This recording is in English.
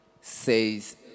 says